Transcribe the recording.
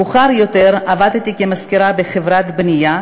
מאוחר יותר עבדתי כמזכירה בחברת בנייה,